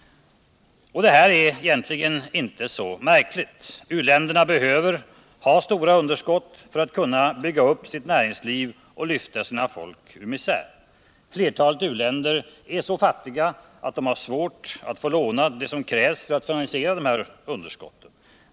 Och det här är egentligen inte så märkligt. U-länderna behöver ha stora underskott för att kunna bygga upp sitt näringsliv och lyfta sina folk ur misär. Flertalet u-länder är så fattiga att de har svårt att få de lån som krävs för att finansiera underskottet.